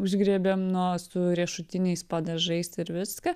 užgriebėm nuo su riešutiniais padažais ir viską